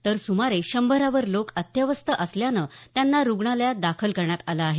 तर सुमारे शंभरावर लोक अत्यवस्थ असल्यानं त्यांना रुग्णालयात दाखल करण्यात आलं आहे